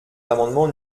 l’amendement